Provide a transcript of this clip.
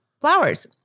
flowers